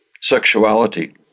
sexuality